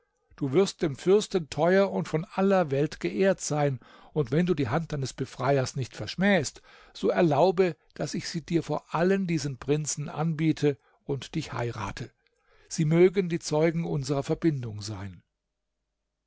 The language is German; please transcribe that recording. du wirst dem fürsten teuer und von aller welt geehrt sein und wenn du die hand deines befreiers nicht verschmähst so erlaube daß ich sie dir vor allen diesen prinzen anbiete und dich heirate sie mögen die zeugen unserer verbindung sein